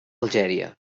algèria